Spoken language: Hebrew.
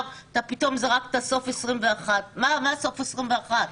אתה פתאום זרקת: סוף 21' מה סוף 21'?